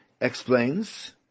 explains